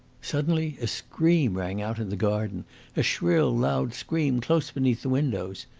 suddenly a scream rang out in the garden a shrill, loud scream, close beneath the windows.